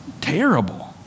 terrible